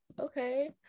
okay